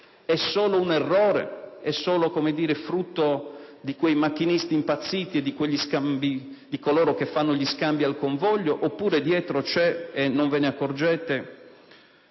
è solo un errore? È solo frutto di quei macchinisti impazziti, di coloro che fanno gli scambi al convoglio, oppure dietro c'è e non ve ne accorgete